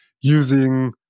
using